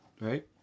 right